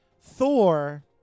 Thor